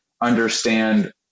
understand